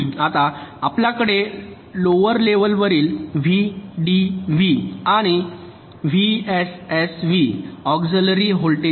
आता आपल्याकडे लोव्हर लेवलवरील व्हीडीव्ही आणि व्हीएसएसव्हीवर ऑक्सिलरी व्होल्टेज आहे